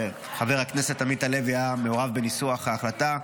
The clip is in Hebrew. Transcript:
חבר הכנסת עמית הלוי היה מעורב בניסוח ההחלטה,